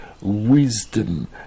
wisdom